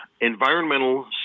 environmental